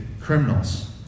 criminals